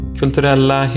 kulturella